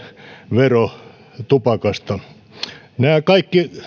vero myöskin tupakasta nämä kaikki